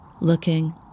looking